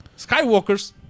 Skywalkers